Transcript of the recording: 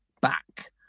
back